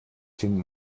den